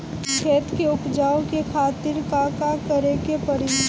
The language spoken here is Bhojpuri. खेत के उपजाऊ के खातीर का का करेके परी?